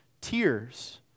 tears